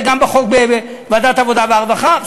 וגם בחוק שבוועדת העבודה והרווחה.